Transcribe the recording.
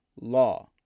law